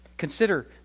Consider